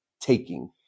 taking